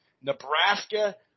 Nebraska